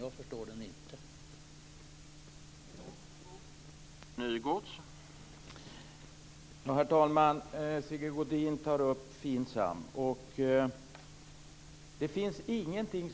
Jag förstår nämligen inte den logiken.